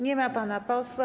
Nie ma pana posła.